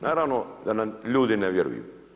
Naravno da nam ljudi ne vjeruju.